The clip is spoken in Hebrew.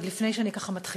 עוד לפני שאני מתחילה,